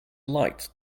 light